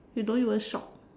you don't even shop